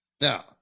Now